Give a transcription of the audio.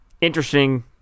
interesting